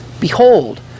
Behold